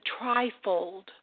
trifold